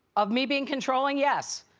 of me being controlling, yes.